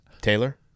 taylor